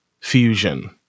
fusion